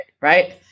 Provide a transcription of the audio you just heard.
Right